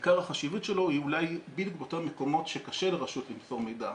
עיקר החשיבות שלו היא אולי בדיוק אותם מקומות שקשה לרשות למסור מידע,